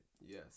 Yes